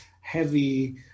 heavy